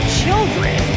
children